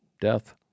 death